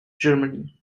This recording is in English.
germany